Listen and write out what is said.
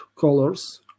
colors